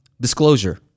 Disclosure